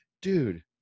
dude